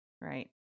right